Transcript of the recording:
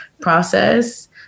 process